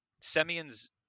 Semyon's